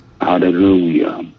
Hallelujah